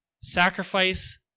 Sacrifice